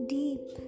deep